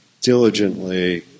diligently